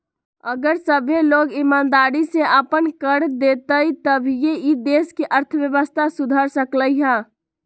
अगर सभ्भे लोग ईमानदारी से अप्पन कर देतई तभीए ई देश के अर्थव्यवस्था सुधर सकलई ह